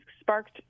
sparked